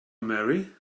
marry